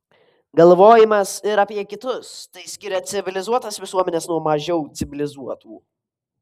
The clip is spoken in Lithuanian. galvojimas ir apie kitus tai skiria civilizuotas visuomenes nuo mažiau civilizuotų